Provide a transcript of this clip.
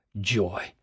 joy